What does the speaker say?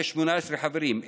יש 18 חברים,